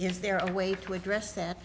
is there a way to address that